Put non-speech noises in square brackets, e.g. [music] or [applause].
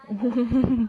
[laughs]